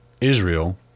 Israel